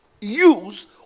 use